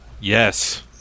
Yes